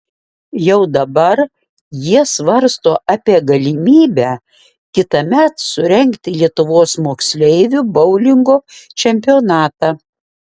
jau dabar jie svarsto apie galimybę kitąmet surengti lietuvos moksleivių boulingo čempionatą